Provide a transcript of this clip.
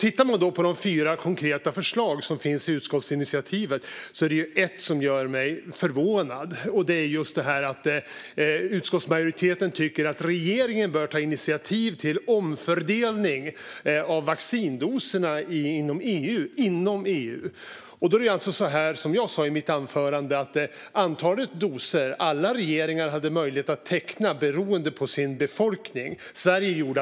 Bland de fyra konkreta förslag som finns i utskottsinitiativet är det ett som gör mig förvånad. Det är just att utskottsmajoriteten tycker att regeringen bör ta initiativ till omfördelning av vaccindoserna inom EU. Som jag sa i mitt anförande hade alla länders regeringar möjlighet att teckna avtal om ett antal doser i förhållande till sin folkmängd.